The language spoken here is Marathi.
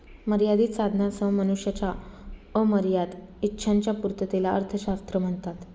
मर्यादित साधनांसह मनुष्याच्या अमर्याद इच्छांच्या पूर्ततेला अर्थशास्त्र म्हणतात